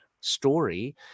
story